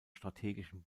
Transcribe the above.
strategischen